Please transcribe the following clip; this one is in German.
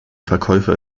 verkäufer